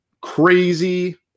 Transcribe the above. crazy